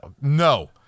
No